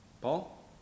Paul